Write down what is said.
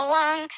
one